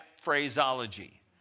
phraseology